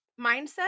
mindset